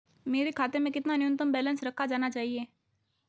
मेरे खाते में कितना न्यूनतम बैलेंस रखा जाना चाहिए?